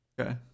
okay